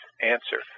answer